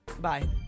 bye